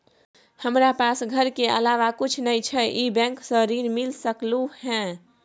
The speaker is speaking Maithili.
हमरा पास घर के अलावा कुछ नय छै ई बैंक स ऋण मिल सकलउ हैं?